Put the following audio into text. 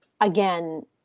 again